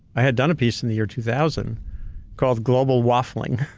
i had done a piece in the year two thousand called global waffling.